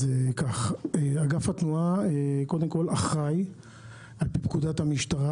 אגף התנועה אחראי על פי פקודת המשטרה